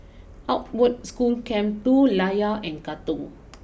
Outward School Camp two Layar and Katong